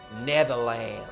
Netherlands